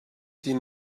die